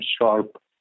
Sharp